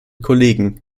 kollegen